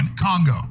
congo